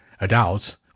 Adults